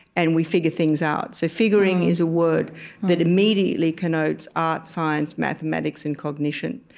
and we figure things out. so figuring is a word that immediately connotes art, science, mathematics, and cognition.